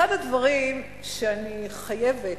אחד הדברים שאני חייבת,